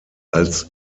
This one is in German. als